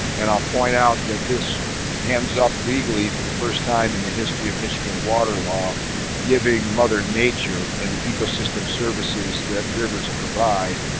and i'll point out that this ends up legally for the first time in the history of michigan water law giving mother nature and the ecosystem services that rivers provide,